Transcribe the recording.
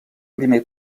primer